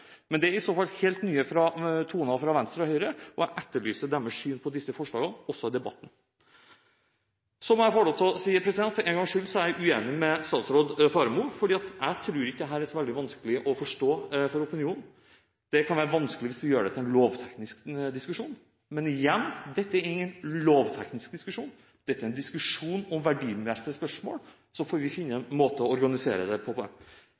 men det er i så fall helt nye toner fra Venstre og Høyre, og jeg etterlyser deres syn på disse forslagene også i debatten. Så må jeg få lov til å si at jeg for en gangs skyld er uenig med statsråd Faremo, for jeg tror ikke dette er så veldig vanskelig å forstå for opinionen. Det kan være vanskelig hvis vi gjør det til en lovteknisk diskusjon. Men igjen: Dette er ingen lovteknisk diskusjon, dette er en diskusjon om verdimessige spørsmål, og så får vi finne en måte å organisere det på.